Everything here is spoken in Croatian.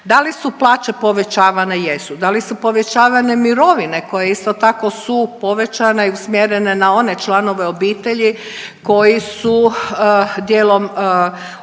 Da li su plaće povećavane? Jesu. Da li su povećavane mirovine koje isto tako su povećane i usmjerene na one članove obitelji koji su dijelom obitelji